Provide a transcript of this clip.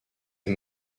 est